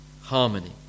harmony